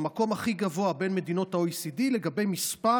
הכי גבוה בין מדינות ה-OECD לגבי מספר